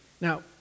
Now